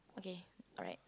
okay alright